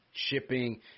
shipping